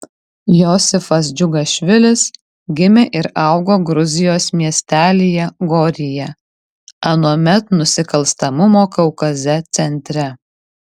josifas džiugašvilis gimė ir augo gruzijos miestelyje goryje anuomet nusikalstamumo kaukaze centre